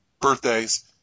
birthdays